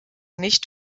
nicht